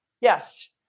Yes